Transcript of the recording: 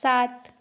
सात